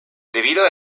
debido